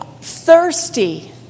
thirsty